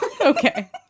Okay